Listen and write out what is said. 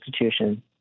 institution